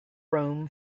room